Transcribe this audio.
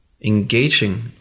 engaging